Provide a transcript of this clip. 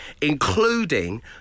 including